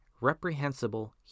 reprehensible